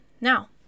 Now